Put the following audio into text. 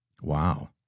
Wow